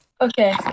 Okay